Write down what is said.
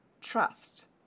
trust